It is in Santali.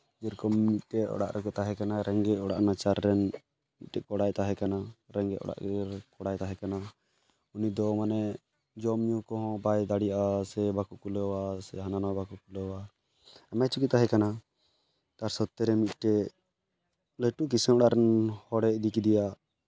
ᱡᱮᱨᱚᱠᱚᱢ ᱢᱤᱫᱴᱮᱡ ᱚᱲᱟᱜ ᱨᱮᱠᱚ ᱛᱟᱦᱮᱸ ᱠᱟᱱᱟ ᱨᱮᱸᱜᱮᱡ ᱚᱲᱟᱜ ᱱᱟᱪᱟᱨ ᱨᱮᱱ ᱢᱤᱫᱴᱮᱡ ᱠᱚᱲᱟᱭ ᱛᱟᱦᱮᱸ ᱠᱟᱱᱟ ᱨᱮᱸᱜᱮᱡ ᱚᱲᱟᱜ ᱜᱮ ᱠᱚᱲᱟᱭ ᱛᱟᱦᱮᱸ ᱠᱟᱱᱟ ᱩᱱᱤ ᱫᱚ ᱢᱟᱱᱮ ᱡᱚᱢ ᱧᱩ ᱠᱚᱦᱚᱸ ᱵᱟᱭ ᱫᱟᱲᱮᱭᱟᱜᱼᱟ ᱥᱮ ᱵᱟᱠᱚ ᱠᱩᱞᱟᱹᱣᱟ ᱥᱮ ᱦᱟᱱᱟ ᱱᱚᱣᱟ ᱵᱟᱠᱚ ᱠᱩᱞᱟᱹᱣᱟ ᱢᱚᱡᱽ ᱜᱮ ᱛᱟᱦᱮᱸ ᱠᱟᱱᱟ ᱛᱟᱨ ᱥᱚᱛᱨᱮ ᱢᱤᱫᱴᱮᱡ ᱞᱟᱹᱴᱩ ᱠᱤᱥᱟᱹᱬ ᱚᱲᱟᱜ ᱨᱮᱱ ᱦᱚᱲᱮ ᱤᱫᱤ ᱠᱮᱫᱮᱭᱟ